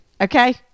Okay